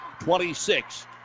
26